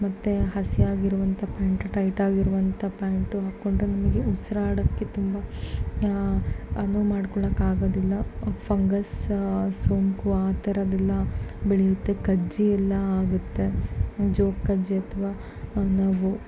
ಮತ್ತು ಹಸಿಯಾಗಿರುವಂಥ pant tight ಆಗಿರುವಂಥ ಪ್ಯಾಂಟು ಹಾಕ್ಕೊಂಡ್ರೆ ನಮಗೆ ಉಸಿರಾಡಕ್ಕೆ ತುಂಬ ಅನುವು ಮಾಡ್ಕೊಳ್ಳಕ್ಕೆ ಆಗೋದಿಲ್ಲ ಫಂಗಸ್ ಸೋಂಕು ಆ ಥರದ ಎಲ್ಲ ಬೆಳೆಯುತ್ತೆ ಕಜ್ಜಿ ಎಲ್ಲ ಆಗುತ್ತೆ ಜೋ ಕಜ್ಜಿ ಅಥವಾ ನಾವು